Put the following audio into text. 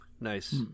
Nice